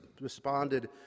responded